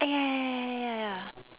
ya ya ya ya ya ya ya